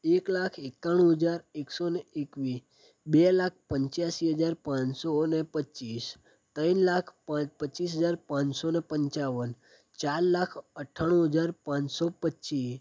એક લાખ એકાણું હજાર એકસો ને એકવીસ બે લાખ પંચ્યાશી હજાર પાંચસો ને પચીસ ત્રણ લાખ પચીસ હજાર પાંચસો ને પંચાવન ચાર લાખ અઠ્ઠાણું હજાર પાંચસો પચીસ